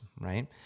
right